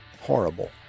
Horrible